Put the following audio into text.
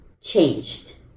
changed